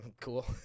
cool